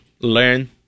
learn